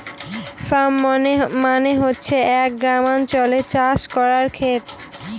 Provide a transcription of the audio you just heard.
farm মানে হচ্ছে এক গ্রামাঞ্চলে চাষ করার খেত